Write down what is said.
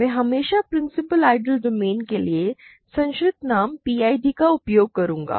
मैं हमेशा principal ideal domain के लिए संक्षिप्त नाम PID का उपयोग करूंगा